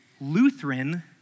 Lutheran